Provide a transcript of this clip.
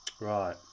Right